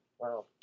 Wow